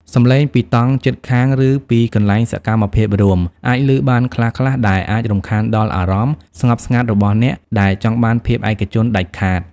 សំឡេងពីតង់ជិតខាង ឬពីកន្លែងសកម្មភាពរួម អាចលឺបានខ្លះៗ ដែលអាចរំខានដល់អារម្មណ៍ស្ងប់ស្ងាត់របស់អ្នកដែលចង់បានភាពឯកជនដាច់ខាត។